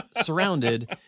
Surrounded